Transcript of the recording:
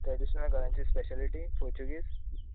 traditional घरांची speciality Portuguese